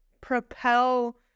propel